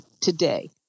today